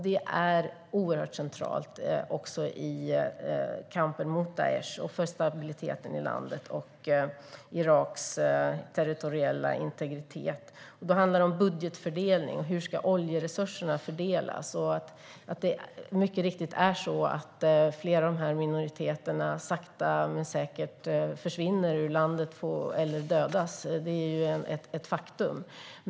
Det är oerhört centralt också i kampen mot Daish och för stabiliteten i landet och Iraks territoriella integritet. Då handlar det också om budgetfördelning och hur oljeresurserna ska fördelas. Mycket riktigt är det så att flera av de här minoriteterna sakta men säkert försvinner ur landet eller dödas. Det är ett faktum.